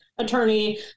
attorney